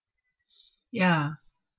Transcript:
ya